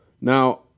Now